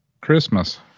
Christmas